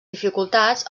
dificultats